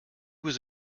was